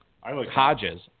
Hodges